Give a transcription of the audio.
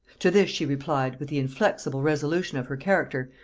to this she replied, with the inflexible resolution of her character,